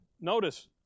notice